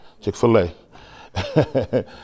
Chick-fil-A